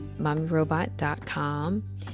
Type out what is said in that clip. mommyrobot.com